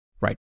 Right